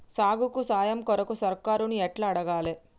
సాగుకు సాయం కొరకు సర్కారుని ఎట్ల అడగాలే?